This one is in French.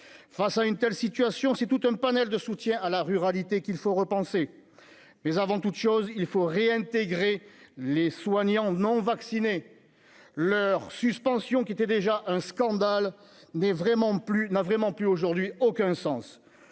face à une telle situation, c'est tout un panel de soutien à la ruralité, qu'il faut repenser, mais avant toute chose, il faut réintégrer les soignants non vaccinés leur suspension, qui était déjà un scandale n'est vraiment plus n'a vraiment plus aujourd'hui aucun sens